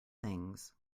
things